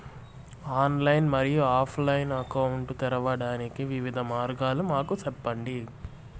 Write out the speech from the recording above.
Online మరియు offline account తెరవడానికి వివిధ మార్గాలు మాకు సెప్పండి?